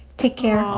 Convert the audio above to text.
take care aww